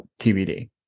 TBD